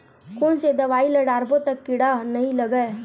कोन से दवाई ल डारबो त कीड़ा नहीं लगय?